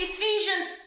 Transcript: Ephesians